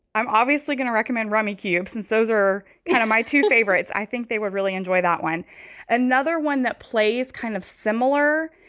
i'm obviously going to recommend rahmi cube, since those are kind of my two favorites. i think they were really enjoy that one another one that plays kind of similar.